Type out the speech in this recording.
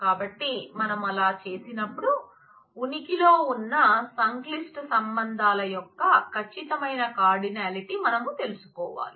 కాబట్టి మనం అలా చేసినప్పుడు ఉనికిలో ఉన్న సంక్లిష్ట సంబంధాల యొక్క ఖచ్చితమైన కార్డినాలిటీ మనం తెలుసుకోవాలి